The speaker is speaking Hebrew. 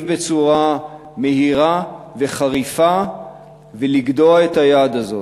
בצורה מהירה וחריפה ולגדוע את היד הזאת.